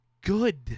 Good